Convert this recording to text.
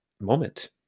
moment